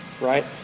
right